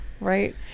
Right